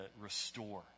restore